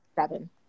seven